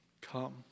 Come